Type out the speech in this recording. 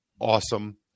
awesome